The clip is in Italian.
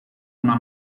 una